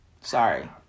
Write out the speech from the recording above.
Sorry